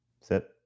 Sit